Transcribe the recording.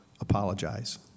apologize